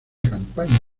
campaña